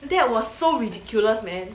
that was so ridiculous man